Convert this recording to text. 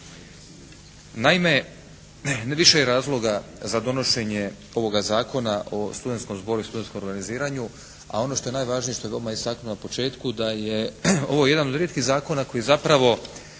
Naime, više je razloga za donošenje ovoga Zakona o studentskom zboru i studentskom organiziranju, a ono što je najvažnije što je veoma interesantno na početku, da je ovo jedan od rijetkih zakona koji zapravo